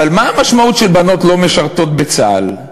אבל מה המשמעות שבנות לא משרתות בצה"ל?